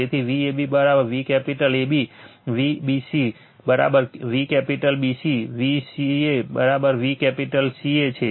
તેથી Vab V capital AB Vbc V capital BC Vca V capital CA છે